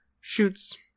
shoots